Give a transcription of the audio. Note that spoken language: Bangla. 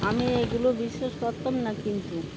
আমি এগুলো বিশ্বাস করতাম না কিন্তু